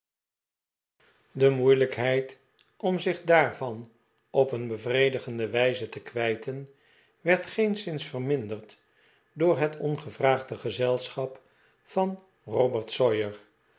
de moeilijkheid om zieh daar van op een bevredigende wijze te kwijten werd geenszins verminderd door het ongevraagde gezelschap van robert sawyer